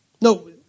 No